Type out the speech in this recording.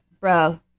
bro